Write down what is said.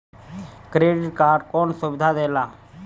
Credit card कौन सुबिधा देला?